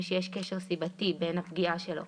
מי שיש קשר סיבתי בין הפגיעה שלו